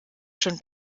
schon